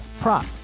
prop